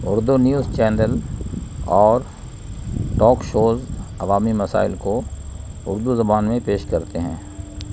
Urdu news channel اور talk shows عوامی مسائل کو اردو زبان میں پیش کرتے ہیں